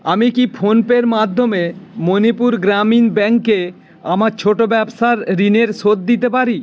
আমি কি ফোনপের মাধ্যমে মণিপুর গ্রামীণ ব্যাঙ্কে আমার ছোটো ব্যবসার ঋণের শোধ দিতে পারি